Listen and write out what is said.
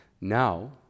Now